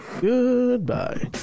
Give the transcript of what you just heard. Goodbye